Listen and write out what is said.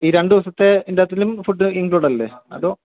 ഈ രണ്ട് ദിവസത്തെ ഈന്റ്റാത്തിലും ഫുഡ് ഇന്ക്ലൂഡഡ് അല്ലേ അതോ